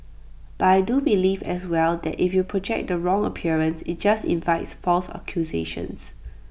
but I do believe as well that if you project the wrong appearance IT just invites false accusations